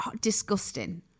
disgusting